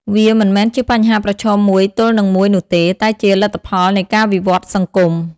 វាមិនមែនជាបញ្ហាប្រឈមមួយទល់នឹងមួយនោះទេ តែជាលទ្ធផលនៃការវិវត្តន៍សង្គម។